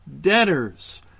debtors